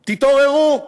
תתעוררו,